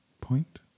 point